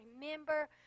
remember